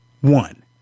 one